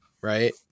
right